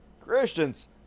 Christians